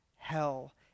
hell